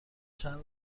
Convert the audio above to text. چند